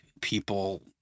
people